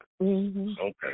Okay